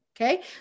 Okay